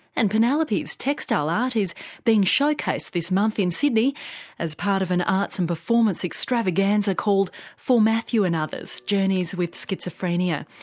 and penelope's textile art is being showcased this month in sydney as part of an arts and performance extravaganza called for matthew and others journeys with schizophrenia.